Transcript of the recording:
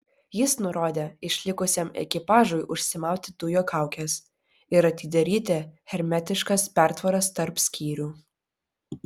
jis nurodė išlikusiam ekipažui užsimauti dujokaukes ir atidaryti hermetiškas pertvaras tarp skyrių